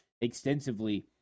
extensively